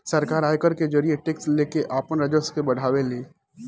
सरकार आयकर के जरिए टैक्स लेके आपन राजस्व के बढ़ावे ले